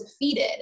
defeated